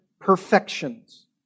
perfections